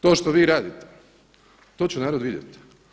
To što vi radite, to će narod vidjeti.